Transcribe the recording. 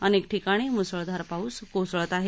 अनेक ठिकाणी म्सळधार पाऊस कोसळत आहे